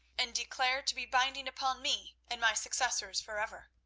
and declared to be binding upon me and my successors forever.